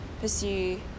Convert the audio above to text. pursue